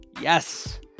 yes